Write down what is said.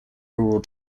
rural